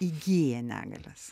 įgyja negalias